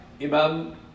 Imam